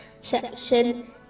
section